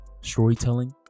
storytelling